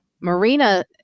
Marina